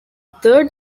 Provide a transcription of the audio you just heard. third